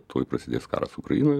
tuoj prasidės karas ukrainoj